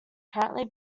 currently